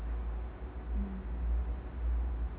mm